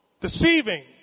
deceiving